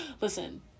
Listen